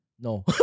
no